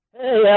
Hey